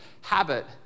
habit